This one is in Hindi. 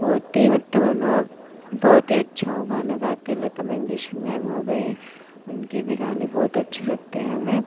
बहुत ही मतलब उनो बहुत ही अच्छा वे गाना गाते हैं लता मंगेशकर मैम हो गईं उनके भी गाने बहुत अच्छे लगते हैं हमें